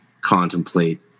contemplate